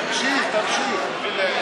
תמשיך, תמשיך.